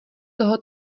toho